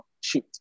shoot